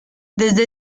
desde